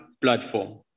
platform